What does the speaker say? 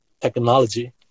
technology